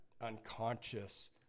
unconscious